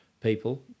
people